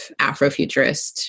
Afrofuturist